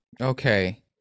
Okay